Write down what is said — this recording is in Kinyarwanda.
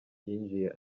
yinjiye